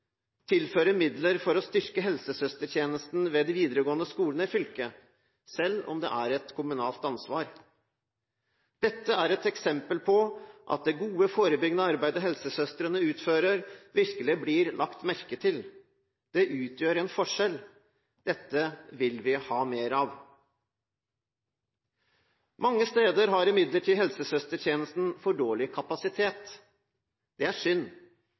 tilfører midler for å styrke helsesøstertjenesten ved de videregående skolene i fylket, selv om det er et kommunalt ansvar. Dette er et eksempel på at det gode, forebyggende arbeidet helsesøstrene utfører, virkelig blir lagt merke til. Det utgjør en forskjell. Dette vil vi ha mer av. Mange steder har imidlertid helsesøstertjenesten for dårlig kapasitet. Det er